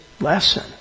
lesson